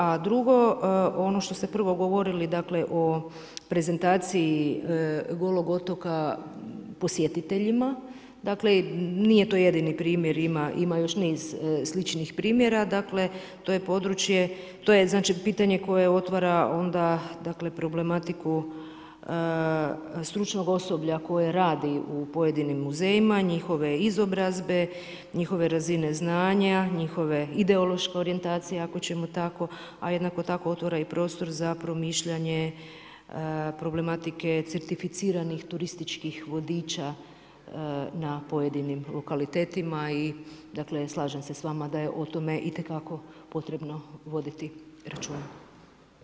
A drugo, ono što ste prvo govorili o prezentaciji Golog otoka posjetiteljima, dakle, nije to jedini primjer, ima još niz sličnih primjera, dakle, to je znači pitanje koje otvara onda problematiku stručnog osoblja koje radi u pojedinim muzejima, njihove izobrazbe, njihove razine znanja, njihove ideološke orijentacije, ako ćemo tako, a jednako tako otvara i prostor za promišljanje problematike certificiranih turističkih vodiča na pojedinim lokalitetima i dakle, slažem se s vama da je o tome itekako potrebno voditi računa.